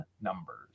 numbers